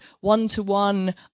one-to-one